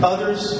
Others